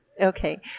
Okay